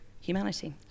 humanity